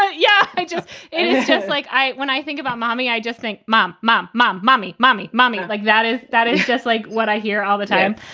yeah. i just it is just like i when i think about mommy, i just think, mom, mom, mom, mommy, mommy, mommy like that is that is just like what i hear all the time.